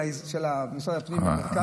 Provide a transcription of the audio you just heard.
של משרד הפנים במרכז.